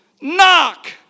Knock